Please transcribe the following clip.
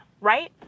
right